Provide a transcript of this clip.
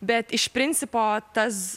bet iš principo tas